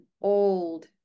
old